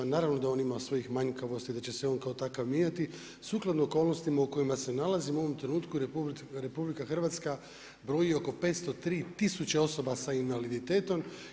Naravno da on ima svojih manjkavosti i da će se on kao takav mijenjati, sukladno okolnostima u kojima se nalazimo u ovom trenutku, RH broji oko 503000 osoba s invaliditetom.